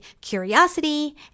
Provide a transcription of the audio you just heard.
curiosity